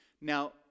now